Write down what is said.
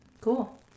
Cool